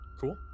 Cool